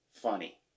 funny